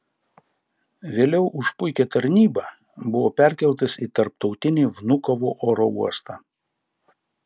vėliau už puikią tarnybą buvo perkeltas į tarptautinį vnukovo oro uostą